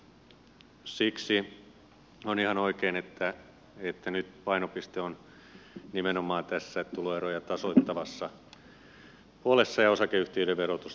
siksi on ihan oikein että nyt painopiste on nimenomaan tässä tuloeroja tasoittavassa puolessa ja osakeyhtiöiden verotusta lasketaan